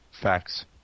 Facts